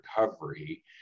recovery